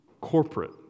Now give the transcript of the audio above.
corporate